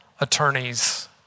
attorneys